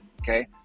okay